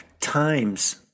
times